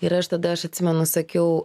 ir aš tada aš atsimenu sakiau